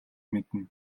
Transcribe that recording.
мэднэ